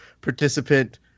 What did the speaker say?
participant